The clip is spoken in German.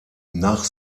nach